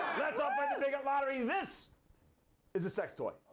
let's all play the bigot lottery. this is a sex toy.